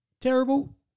terrible